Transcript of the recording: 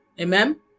amen